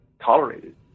tolerated